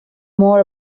more